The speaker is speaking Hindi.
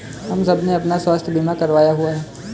हम सबने अपना स्वास्थ्य बीमा करवाया हुआ है